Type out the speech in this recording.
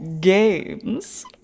games